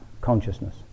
consciousness